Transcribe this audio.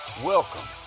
Welcome